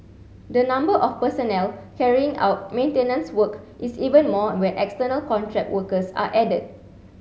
the number of personnel carrying out maintenance work is even more when external contract workers are added